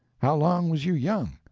how long was you young?